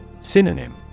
Synonym